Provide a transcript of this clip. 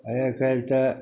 आइकाल्हि तऽ